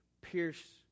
pierce